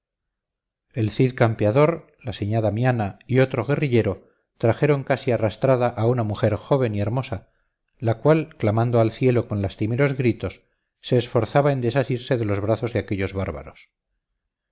el cid campeador la señá damiana y otro guerrillero trajeron casi arrastrada a una mujer joven y hermosa la cual clamando al cielo con lastimeros gritos se esforzaba en desasirse de los brazos de aquellos bárbaros